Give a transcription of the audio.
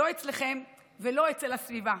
לא אצלכם ולא אצל הסביבה.